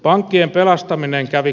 pankkien pelastaminen kävi